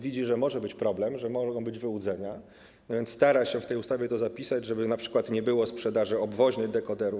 Widzi, że może być problem, że mogą być wyłudzenia, więc stara się to w tej ustawie zapisać, żeby np. nie było sprzedaży obwoźnej dekoderów.